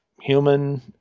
human